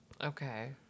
Okay